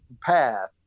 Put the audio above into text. path